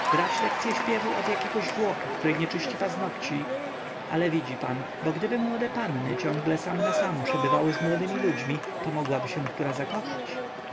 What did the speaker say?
śpiewu od jakiegoś włocha który nie czyści paznogci ale widzi pan bo gdyby młode panny ciągle samnasam przebywały z młodymi ludźmi to mogłaby się która zakochać